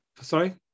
sorry